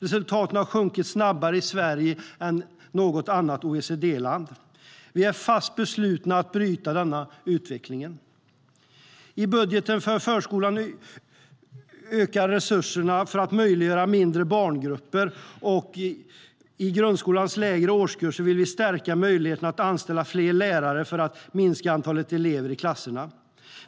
Resultaten har sjunkit snabbare i Sverige än i något annat OECD-land. Vi är fast beslutna att bryta denna utveckling. I budgeten för förskolan ökar resurserna för att möjliggöra mindre barngrupper, och i grundskolans lägre årskurser vill vi stärka möjligheterna att anställa fler lärare för att minska antalet elever i klasserna.